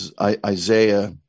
Isaiah